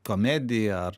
komedija ar